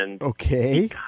Okay